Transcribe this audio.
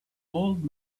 old